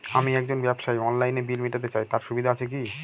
আমি একজন ব্যবসায়ী অনলাইনে বিল মিটাতে চাই তার সুবিধা আছে কি?